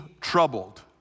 troubled